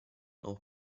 auch